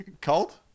Cold